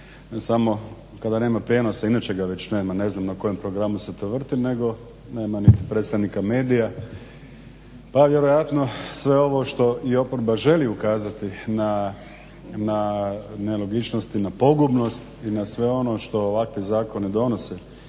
samo kada nema prijenosa. I inače ga već nema, ne znam na kojem programu se to vrti, nego nema niti predstavnika medija, pa vjerojatno sve ovo što i oporba želi ukazati na nelogičnosti, na pogubnost i na sve ono što ovakvi zakoni donose